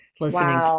Listening